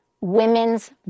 women's